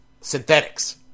synthetics